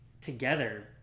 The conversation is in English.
together